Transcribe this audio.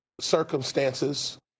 circumstances